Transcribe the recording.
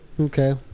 Okay